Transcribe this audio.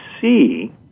see